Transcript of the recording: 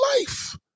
life